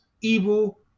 evil